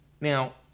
Now